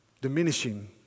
diminishing